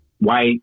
white